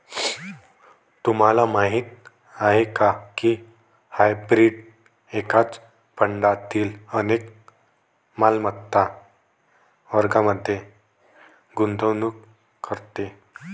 तुम्हाला माहीत आहे का की हायब्रीड एकाच फंडातील अनेक मालमत्ता वर्गांमध्ये गुंतवणूक करते?